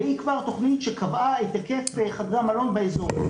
והיא כבר תוכנית שקבעה את היקף חדרי המלון באזור.